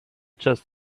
just